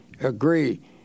agree